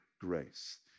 grace